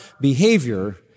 behavior